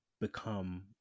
become